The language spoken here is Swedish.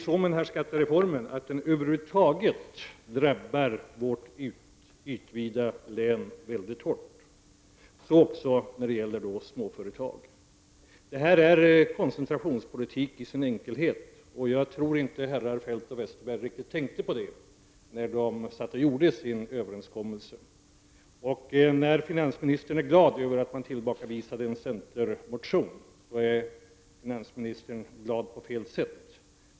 Skattereformen drabbar över huvud taget de norra länen hårt, så också när det gäller småföretag. Det här är koncentrationspolitik i sin enkelhet. Jag tror inte herrar Westerberg och Feldt tänkte på det när de träffade överenskommelsen. Finansministern är glad på fel sätt när han hänvisar till att en centermotion tillbakavisats.